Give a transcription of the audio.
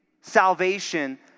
salvation